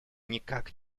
никак